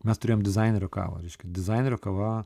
mes turėjom dizainerių kavą reiškia dizainerio kava